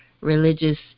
religious